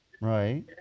Right